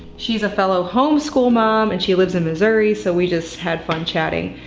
she's a fellow homeschool mom and she lives in missouri so we just had fun chatting.